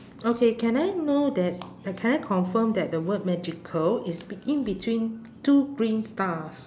okay can I know that can I confirm that the word magical is be~ in between two green stars